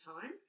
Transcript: time